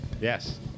Yes